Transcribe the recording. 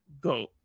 go